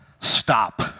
stop